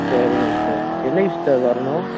சரிங்க சிஸ்டர் என்றைக்கி சிஸ்டர் வரணும்